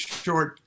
short